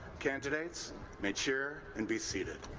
candidat es may cheer and be seated.